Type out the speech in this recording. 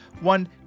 One